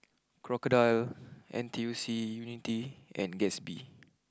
Crocodile N T U C Unity and Gatsby